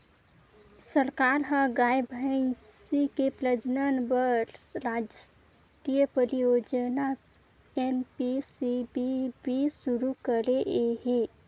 सरकार ह गाय, भइसी के प्रजनन बर रास्टीय परियोजना एन.पी.सी.बी.बी सुरू करे हे